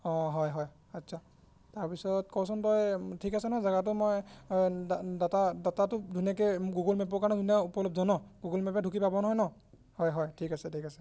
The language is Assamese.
অঁ হয় হয় আচ্ছা তাৰপিছত কচোন তই ঠিক আছে ন জেগাটো মই ডা ডাটা ডাটাটো ধুনীয়াকৈ গুগল মেপৰ কাৰণে ধুনীয়া উপলব্ধ ন গুগল মেপে ঢুকি পাব নহয় ন হয় হয় ঠিক আছে ঠিক আছে হ'ব